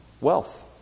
wealth